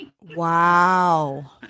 Wow